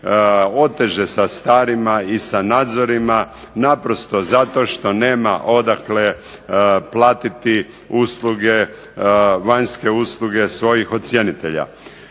oteže sa starima i sa nadzorima, naprosto zato što nema odakle platiti usluge, vanjske usluge svojih ocjenitelja.